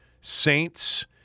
Saints